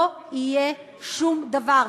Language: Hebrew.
לא יהיה שום דבר.